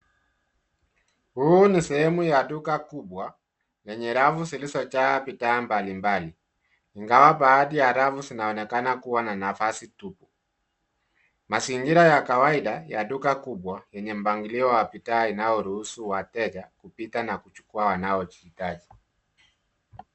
Huu ni sehemu ya duka kubwa yenye rafu zilizojaa bidhaa mbalimbali ingawa baadhi ya rafu zinaonekana kuwa na nafasi tupu. Mazingira ya kawaida ya duka kubwa yenye mpangilio wa bidhaa inayoruhusu wateja kupita na kuchukua wanachotaka.